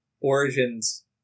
Origins